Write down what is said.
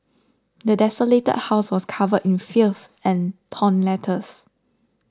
the desolated house was covered in filth and torn letters